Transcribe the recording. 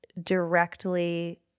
directly